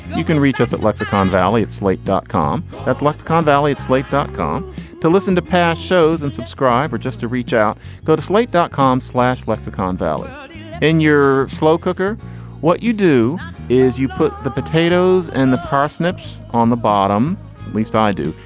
you can reach us at lexicon valley at slate dot com. that's lexicon valley at slate dot com to listen to past shows and subscribe or just to reach out go to slate dot com slash lexicon valley ah in your slow cooker what you do is you put the potatoes and the parsnips on the bottom least i do.